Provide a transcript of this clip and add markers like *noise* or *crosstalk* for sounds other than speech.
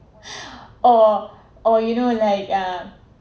*breath* or or you know like uh